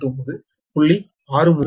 6383 p